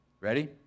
Ready